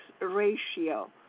ratio